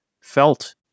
felt